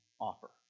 offer